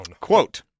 Quote